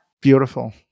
Beautiful